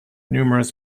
numerous